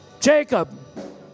Jacob